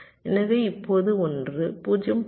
எனவே இப்போது ஒன்று 0